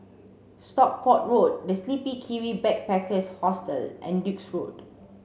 Stockport Road The Sleepy Kiwi Backpackers Hostel and Duke's Road